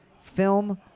film